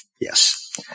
Yes